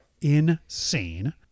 insane